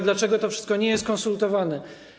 Dlaczego to wszystko nie jest konsultowane?